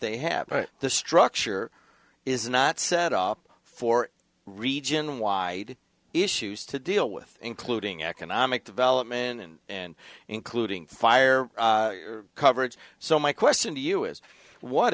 they have but the structure is not set up for region wide issues to deal with including economic development and and including fire coverage so my question to you is what